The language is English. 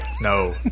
No